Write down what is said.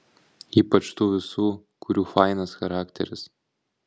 ypač tų visų kurių fainas charakteris